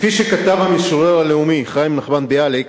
כפי שכתב המשורר הלאומי חיים נחמן ביאליק: